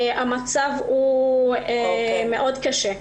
המצב קשה מאוד.